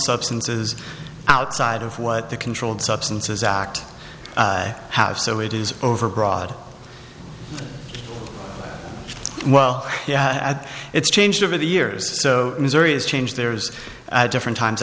substances outside of what the controlled substances act have so it is overbroad well yeah at it's changed over the years so missouri is changed there's at different times